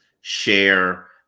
share